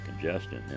congestion